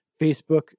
facebook